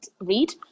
read